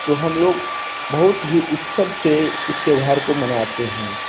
तो हम लोग बहुत ही उस्तव से इस त्योहार को मनाते हैं